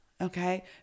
okay